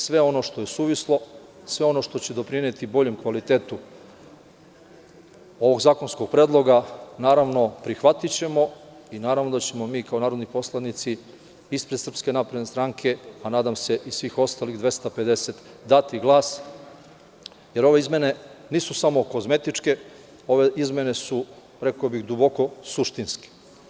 Sve ono što je suvislo, sve ono što će doprineti boljem kvalitetu ovog zakonskog predloga prihvatićemo i naravno da ćemo mi kao narodni poslanici ispred SNS, a nadam se i svih ostalih 250, dati glas, jer ove izmene nisu samo kozmetičke, ove izmene su duboko suštinske.